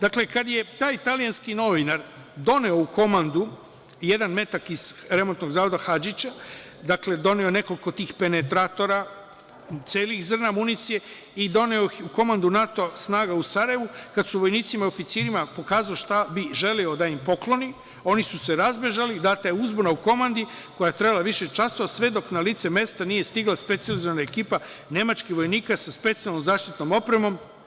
Dakle, kada je taj italijanski novinar doneo u komandu jedan metak iz Remontnog zavoda Hadžića, dakle, doneo nekoliko tih penetratora, celih zrna municije i doneo ih u komandu NATO snaga u Sarajevu, kad je vojnicima i oficirima pokazao šta bi želeo da im pokloni, oni su se razbežali, data je uzbuna u komandi koja je trajala više časova, sve dok na lice mesta nije stigla specijalizovana ekipa nemačkih vojnika sa specijalnom zaštitnom opremom.